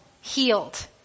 healed